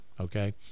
okay